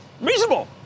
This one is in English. reasonable